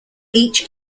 each